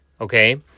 okay